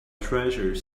treasure